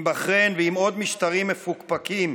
עם בחריין ועם עוד משטרים מפוקפקים,